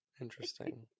Interesting